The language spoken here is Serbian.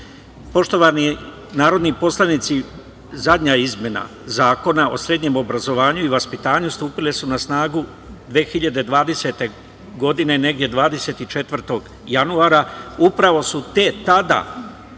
narodni poslanici, zadnja izmena zakona o srednjem obrazovanju i vaspitanju, stupile su na snagu 2020. godine, negde 24. januara i upravo su te tada izmene